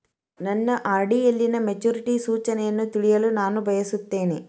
ನನ್ನ ಆರ್.ಡಿ ಯಲ್ಲಿನ ಮೆಚುರಿಟಿ ಸೂಚನೆಯನ್ನು ತಿಳಿಯಲು ನಾನು ಬಯಸುತ್ತೇನೆ